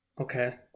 Okay